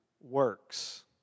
works